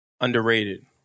Underrated